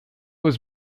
was